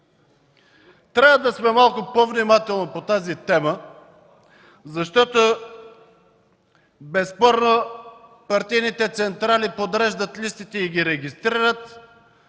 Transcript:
Трябва да сме по-внимателни към тази тема, защото безспорно партийните централи подреждат листите и ги регистрират.